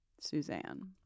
Suzanne